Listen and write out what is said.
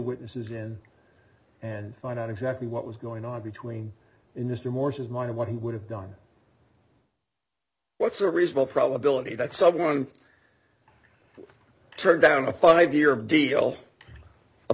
witnesses in and find out exactly what was going on between in this remorse is mind what he would have done what's a reasonable probability that someone turned down a five year deal a